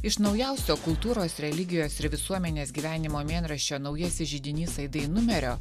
iš naujausio kultūros religijos ir visuomenės gyvenimo mėnraščio naujasis židinys aidai numerio